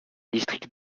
districts